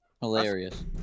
Hilarious